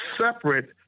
separate